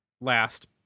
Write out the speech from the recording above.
last